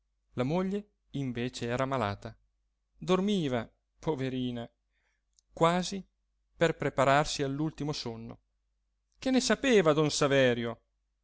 la moglie invece era malata dormiva poverina quasi per prepararsi all'ultimo sonno che ne sapeva don saverio